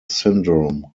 syndrome